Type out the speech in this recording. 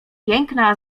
piękna